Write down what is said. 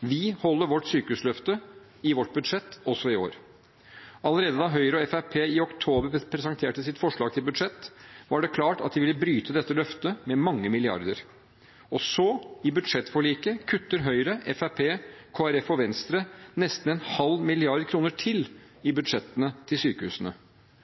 Vi holder vårt sykehusløfte i vårt budsjett også i år. Allerede da Høyre og Fremskrittspartiet i oktober presenterte sitt forslag til budsjett, var det klart at de ville bryte dette løftet med mange milliarder. I budsjettforliket kutter så Høyre, Fremskrittspartiet, Kristelig Folkeparti og Venstre nesten en halv milliard kroner til i budsjettene til sykehusene.